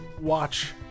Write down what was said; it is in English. watch